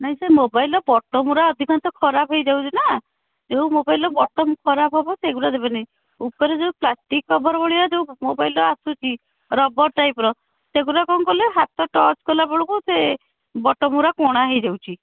ନାହିଁ ସେ ମୋବାଇଲର ବଟନ୍ ଗୁଡ଼ାକ ଅଧିକାଂଶ ଖରାପ ହେଇଯାଉଛି ନା ଯେଉଁ ମୋବାଇଲର ବଟନ୍ ଖରାପ ହେବ ସେଗୁଡ଼ାକ ନେବିନି ଉପରେ ଯେଉଁ ପ୍ଲାଷ୍ଟିକ କଭର୍ ଭଳିଆ ଯେଉଁ ମୋବାଇଲ ଆସୁଛି ରବର୍ ଟାଇପ୍ର ସେଗୁଡ଼ା କ'ଣ କହିଲେ ହାତ ଟ୍ୟାପ୍ କଲାବେଳକୁ ସେ ବଟନ୍ ଗୁଡ଼ାକ କଣା ହେଇଯାଉଛି